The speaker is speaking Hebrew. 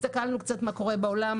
הסתכלנו קצת מה קורה בעולם,